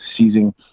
seizing